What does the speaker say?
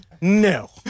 no